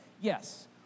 yes